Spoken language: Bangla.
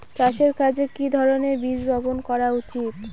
চাষের কাজে কি ধরনের বীজ বপন করা উচিৎ?